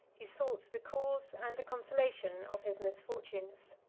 he sought the cause and the consolation of his misfortunes.